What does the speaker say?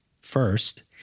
first